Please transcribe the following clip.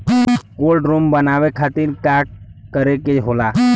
Cold room बनावे खातिर का करे के होला?